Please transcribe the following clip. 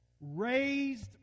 raised